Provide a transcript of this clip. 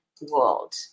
world